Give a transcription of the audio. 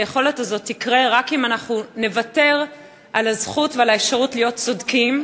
היכולת הזאת תקרה רק אם אנחנו נוותר על הזכות ועל האפשרות להיות צודקים,